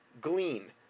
glean